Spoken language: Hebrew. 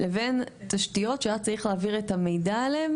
לבין תשתיות שהיה צריך להעביר את המידע עליהם,